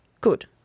good